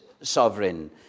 sovereign